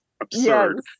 absurd